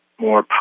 more